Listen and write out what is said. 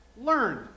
learn